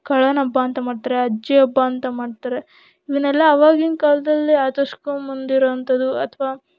ಕಳನ ಹಬ್ಬ ಅಂತ ಮಾಡ್ತಾರೆ ಅಜ್ಜಿ ಹಬ್ಬ ಅಂತ ಮಾಡ್ತಾರೆ ಇವನ್ನೆಲ್ಲ ಆವಾಗಿನ ಕಾಲದಲ್ಲಿ ಆಚರಿಸ್ಕೊಂಬಂದಿರೊಂಥದ್ದು ಅಥವಾ